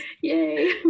Yay